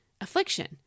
affliction